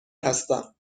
هستم